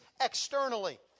externally